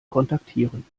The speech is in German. kontaktieren